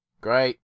Great